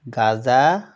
গজা